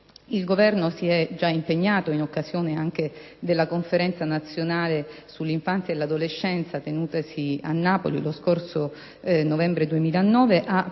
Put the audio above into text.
Il Governo si è già impegnato, anche in occasione della Conferenza nazionale sull'infanzia e l'adolescenza tenutasi a Napoli lo scorso novembre 2009, a proseguire